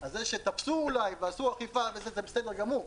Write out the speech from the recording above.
זה שתפסו אולי ועשו אכיפה זה בסדר גמור,